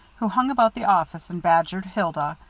who hung about the office and badgered hilda,